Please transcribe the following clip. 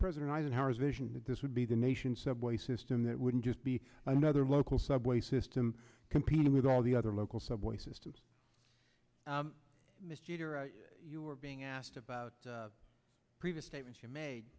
president eisenhower's vision that this would be the nation subway system that wouldn't just be another local subway system competing with all the other local subway systems mr you were being asked about previous statement